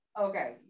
Okay